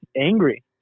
angry